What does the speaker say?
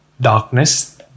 Darkness